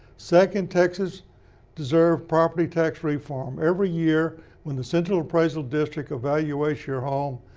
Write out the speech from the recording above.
second, texas preserves property tax reform. every year when the central appraisal district evaluates your home,